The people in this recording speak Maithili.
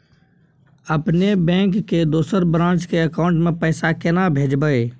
अपने बैंक के दोसर ब्रांच के अकाउंट म पैसा केना भेजबै?